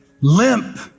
limp